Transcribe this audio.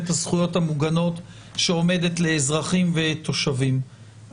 הזכויות המוגנות שעומדת לאזרחים ותושבים,